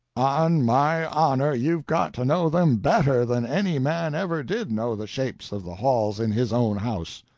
on my honor, you've got to know them better than any man ever did know the shapes of the halls in his own house.